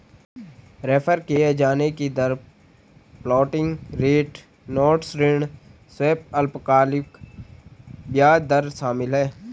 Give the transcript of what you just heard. refer किये जाने की दर फ्लोटिंग रेट नोट्स ऋण स्वैप अल्पकालिक ब्याज दर शामिल है